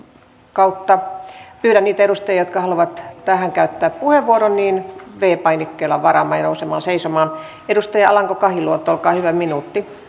kautta pyydän niitä edustajia jotka haluavat tähän käyttää puheenvuoron viidennellä painikkeella varaamaan ja nousemaan seisomaan edustaja alanko kahiluoto olkaa hyvä minuutti